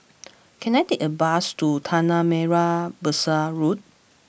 can I take a bus to Tanah Merah Besar Road